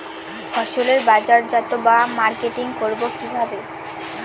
ফসলের বাজারজাত বা মার্কেটিং করব কিভাবে?